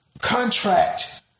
contract